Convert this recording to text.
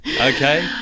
Okay